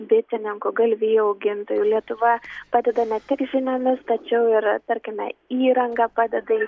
bitininkų galvijų augintojų lietuva padeda ne tik žiniomis tačiau ir tarkime įranga padeda